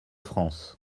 france